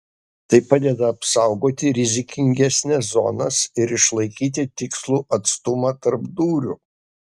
tai padeda apsaugoti rizikingesnes zonas ir išlaikyti tikslų atstumą tarp dūrių